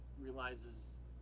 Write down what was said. realizes